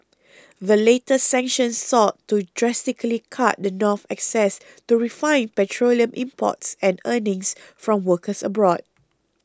the latest sanctions sought to drastically cut the North's access to refined petroleum imports and earnings from workers abroad